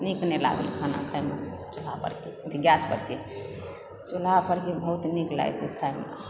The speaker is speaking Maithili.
नीक नहि लागल खाना खाएमे चूल्हा परके अथी गैस परके चूल्हा पर जे बहुत नीक लागै छै खाएमे